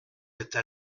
êtes